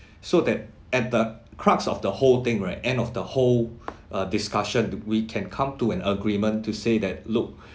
so that at the crux of the whole thing right end of the whole uh discussion we can come to an agreement to say that look